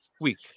week